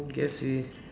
guess i~